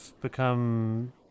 become